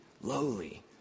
lowly